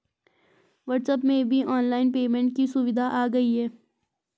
WhatsApp में भी online payment की सुविधा आ गई है